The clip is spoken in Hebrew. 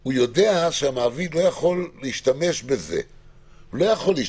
הוא יודע שהמעביד לא יכול להשתמש בזה נגדו.